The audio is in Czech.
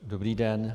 Dobrý den.